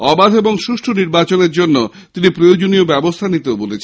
অবাধ ও সুষ্ঠু নির্বাচনের জন্য তিনি প্রয়োজনীয় ব্যবস্থা নিতে বলেছেন